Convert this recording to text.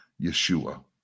Yeshua